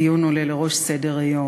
הדיון עולה לראש סדר-היום.